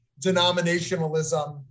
denominationalism